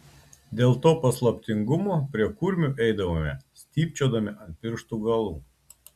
dėl to paslaptingumo prie kurmių eidavome stypčiodami ant pirštų galų